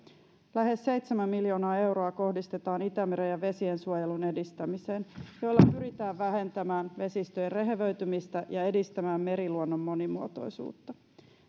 lähes seitsemän miljoonaa euroa kohdistetaan itämeren ja vesien suojelun edistämiseen jolla pyritään vähentämään vesistöjen rehevöitymistä ja edistämään meriluonnon monimuotoisuutta